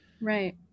Right